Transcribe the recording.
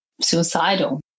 suicidal